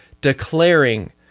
declaring